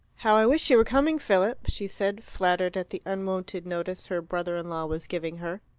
how i wish you were coming, philip, she said, flattered at the unwonted notice her brother-in-law was giving her.